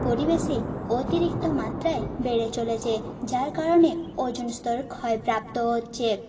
পরিবেশে অতিরিক্ত মাত্রায় বেড়ে চলেছে যার কারণে ওজোন স্তর ক্ষয়প্রাপ্ত হচ্ছে